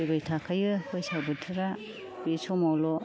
फैबाय थाखायो बैसाग बोथोरा बे समावल'